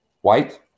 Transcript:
White